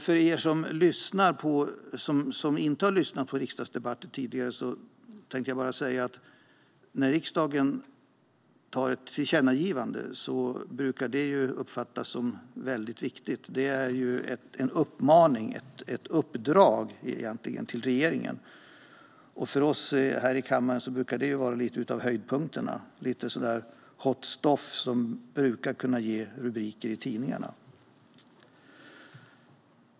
För er som inte har lyssnat på en riksdagsdebatt tidigare vill jag bara säga att när riksdagen riktar ett tillkännagivande brukar det uppfattas som något viktigt. Det är en uppmaning eller egentligen ett uppdrag till regeringen. För oss här i kammaren brukar detta höra till höjdpunkterna - lite hot stuff som kan ge rubriker i tidningarna.